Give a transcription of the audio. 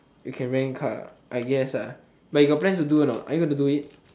you can rent car I guess lah but you got plans to do or not are you gonna do it